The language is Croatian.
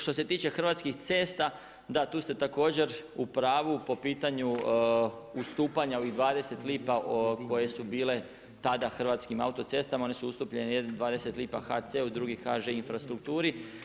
Što se tiče Hrvatskih cesta, da tu ste također, u pravu po pitanju ustupanju ovih 20 lipa koje su bile tada Hrvatskim autocestama, one su ustupljene jedni 20 lipa HC-u drugi HŽ infrastrukturi.